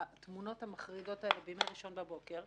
התמונות המחרידות האלה בימי ראשון בבוקר,